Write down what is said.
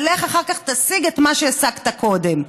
ולך אחר כך תשיג את מה שהשגת קודם.